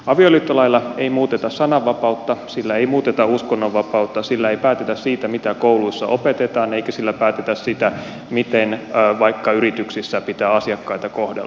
avioliittolailla ei muuteta sananvapautta sillä ei muuteta uskonnonvapautta sillä ei päätetä siitä mitä kouluissa opetetaan eikä sillä päätetä siitä miten vaikka yrityksissä pitää asiakkaita kohdella